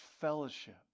fellowship